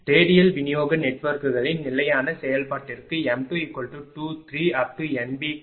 radial விநியோக நெட்வொர்க்குகளின் நிலையான செயல்பாட்டிற்கு m223NB க்கான SIm2≥0